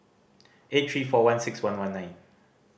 eight three four one six one one nine